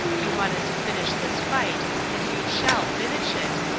you wanted to finish this fight and you shall finish it,